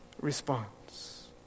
response